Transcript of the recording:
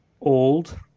old